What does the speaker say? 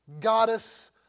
goddess